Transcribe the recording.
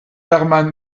herman